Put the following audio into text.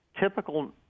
typical